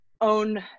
own